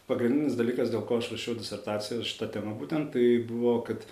pagrindinis dalykas dėl ko aš rašiau disertaciją šita tema būtent tai buvo kad